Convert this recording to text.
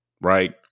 right